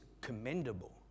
commendable